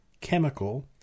chemical